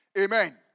Amen